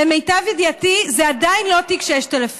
למיטב ידיעתי, זה עדיין לא תיק 6000,